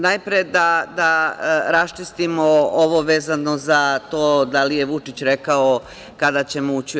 Najpre da raščistimo ovo vezano za to da li je Vučić rekao kada ćemo ući u EU.